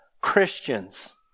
Christians